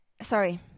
sorry